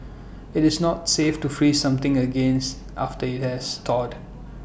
IT is not safe to freeze something again after IT has thawed